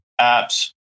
apps